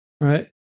right